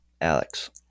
Alex